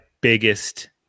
biggest